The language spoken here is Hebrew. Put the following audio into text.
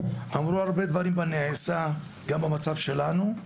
אמרו הרבה דברים בנעשה גם במצב שלנו,